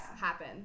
happen